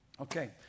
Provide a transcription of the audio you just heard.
Okay